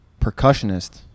percussionist